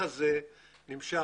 לא מוצא